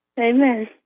Amen